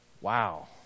Wow